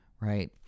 right